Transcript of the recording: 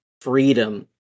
freedom